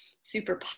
super